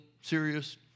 serious